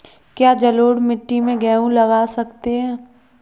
क्या जलोढ़ मिट्टी में गेहूँ लगा सकते हैं?